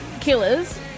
Killers